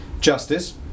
Justice